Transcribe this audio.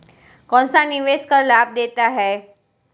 कौनसा निवेश कर लाभ देता है?